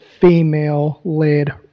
female-led